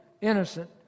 innocent